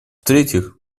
третьих